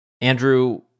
andrew